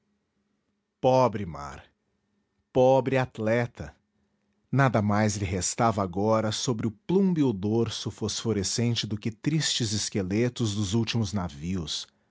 pobre mar pobre atleta nada mais lhe restava agora sobre o plúmbeo dorso fosforescente do que tristes esqueletos dos últimos navios